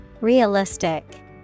Realistic